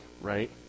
right